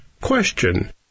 Question